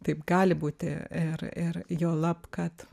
taip gali būti ir ir juolab kad